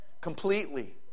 completely